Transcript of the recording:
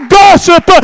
gossip